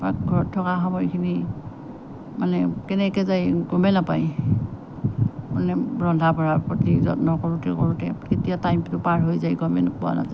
পাকঘৰত থকা সময়খিনি মানে কেনেকৈ যায় গমে নাপায় মানে ৰন্ধা বঢ়াৰ প্ৰতি যত্ন কৰোঁতে কৰোঁতে কেতিয়া টাইমটো পাৰ হৈ যায় গমে পোৱা নাযায়